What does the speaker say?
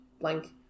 Blank